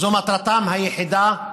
זו מטרתם היחידה.